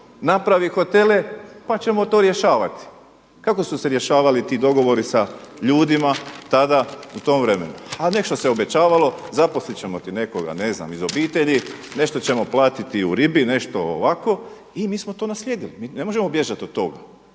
napravi hotele pa ćemo to rješavati. Kako su se rješavali ti dogovori sa ljudima tada u tom vremenu? A nešto se obećavalo, zaposlit ćemo ti nekoga ne znam iz obitelji, nešto ćemo platiti u ribi, nešto ovako i mi smo to naslijedili. Mi ne možemo bježati od toga.